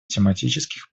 тематических